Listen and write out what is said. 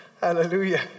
Hallelujah